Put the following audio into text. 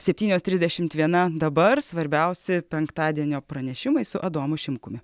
septynios trisdešimt viena dabar svarbiausi penktadienio pranešimai su adomu šimkumi